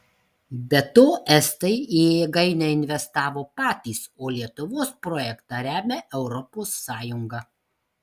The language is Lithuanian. be to estai į jėgainę investavo patys o lietuvos projektą remia europos sąjunga